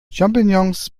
champignons